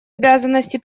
обязанности